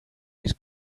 his